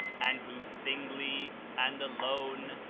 and who singly and alone,